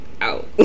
out